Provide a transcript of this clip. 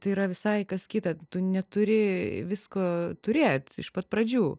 tai yra visai kas kita tu neturi visko turėt iš pat pradžių